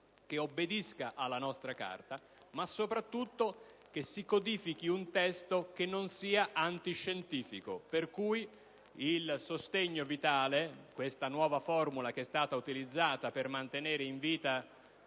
che obbedisca alla nostra Carta, ma soprattutto che si codifichi un testo che non sia antiscientifico, per cui il sostegno vitale - questa nuova formula che è stata utilizzata per mantenere in vita